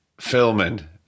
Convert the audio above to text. filming